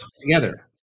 together